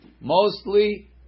Mostly